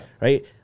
right